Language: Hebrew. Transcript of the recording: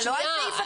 9א(4).